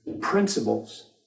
principles